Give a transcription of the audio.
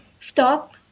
stop